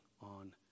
on